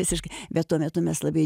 visiškai bet tuo metu mes labai